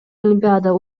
олимпиада